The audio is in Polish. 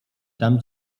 dam